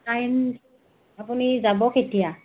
time আপুনি যাব কেতিয়া